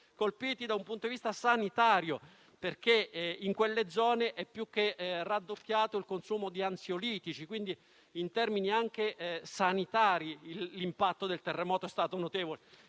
- e da un punto di vista sanitario - in quelle zone è più che raddoppiato il consumo di ansiolitici - e quindi in termini anche sanitari l'impatto del terremoto è stato notevole?